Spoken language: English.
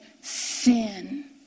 sin